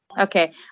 Okay